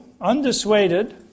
undissuaded